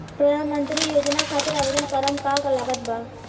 प्रधानमंत्री योजना खातिर आवेदन करम का का लागत बा?